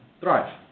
thrive